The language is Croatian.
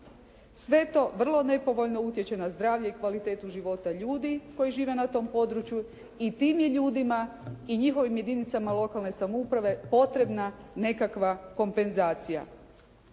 Sve to vrlo nepovoljno utječe na zdravlje i kvalitetu života ljudi koji žive na tom području i tim je ljudima i njihovim jedinicama lokalne samouprave potrebna nekakva kompenzacija.